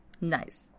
Nice